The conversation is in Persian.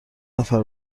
نفر